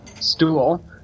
stool